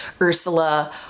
Ursula